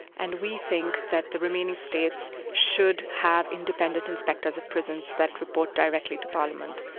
and we think that the remaining states should have independent inspectors of prisons that report directly to parliament.